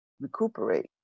recuperate